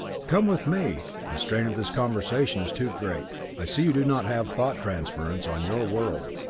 come with me the strain of this conversation is too great i see you do not have thought transference on your world.